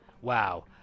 Wow